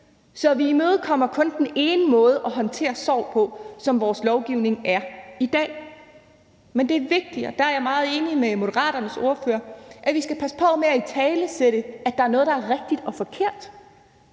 Så vi imødekommer kun den ene måde at håndtere sorg på, som vores lovgivning er i dag. Men det er vigtigt – og der er jeg meget enig med Moderaternes ordfører – at vi skal passe på med at italesætte, at der er noget, der er rigtigt og forkert.